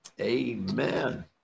Amen